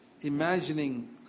imagining